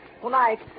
Tonight